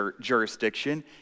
jurisdiction